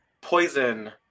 poison